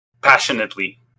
passionately